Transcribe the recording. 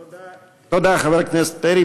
תודה, חבר הכנסת פרי.